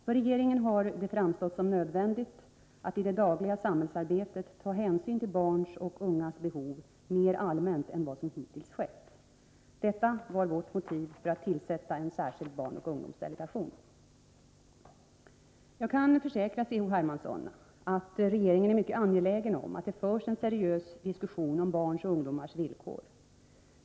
För regeringen har det framstått som nödvändigt att i det dagliga samhällsarbetet ta hänsyn till barns och ungas behov mer allmänt än vad som hittills skett. Detta var vårt motiv för att tillsätta en särskild barnoch ungdomsdelegation. Jag kan försäkra C.-H. Hermansson att regeringen är mycket angelägen om att det förs en seriös diskussion om barns och ungdomars villkor.